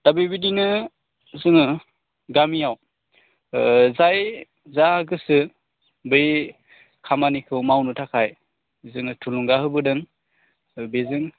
दा बेबायदिनो जोङो गामियाव जाय जा गोसो बै खामानिखौ मावनो थाखाय जोङो थुलुंगा होबोदों बेजों